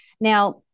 Now